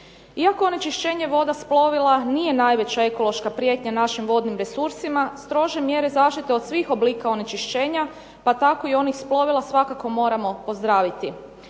Iako onečišćenje voda s plovila nije najveća ekološka prijetnja našim vodnim resursima strože mjere zaštite od svih oblika onečišćenja pa tako i onih s plovila svakako moramo pozdraviti.